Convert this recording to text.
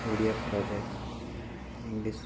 ଓଡ଼ିଆ ପଢ଼ା ଯାଏ ଇଂଲିଶ